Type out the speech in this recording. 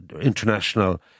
international